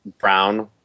brown